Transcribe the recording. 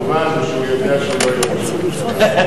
הטובה זה שהוא יודע שהוא לא יהיה ראש הממשלה הבא.